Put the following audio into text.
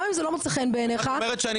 סליחה שאני אומרת,